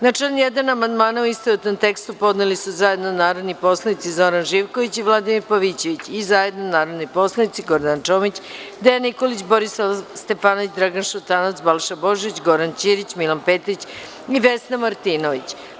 Na član 1. amandmane, u istovetnom tekstu, podneli su zajedno narodni poslanici Zoran Živković i Vladimir Pavićević i zajedno narodni poslanici Gordana Čomić, Dejan Nikolić, Borislav Stefanović, Dragan Šutanovac, Balša Božović, Goran Ćirić, Milan Petrić i Vesna Martinović.